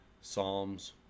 Psalms